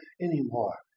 anymore